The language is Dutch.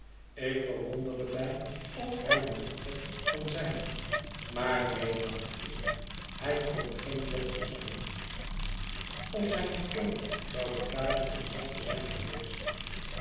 ik verwonderde mij of hij een dokter kon zijn maar neen dacht ik hij kon geen dokter zijn of zijn toon zou bedaarder en zachter zyn geweest